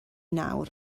nawr